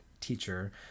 teacher